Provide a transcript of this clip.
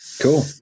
Cool